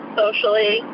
socially